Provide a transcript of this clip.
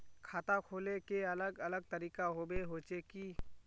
खाता खोले के अलग अलग तरीका होबे होचे की?